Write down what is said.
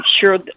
sure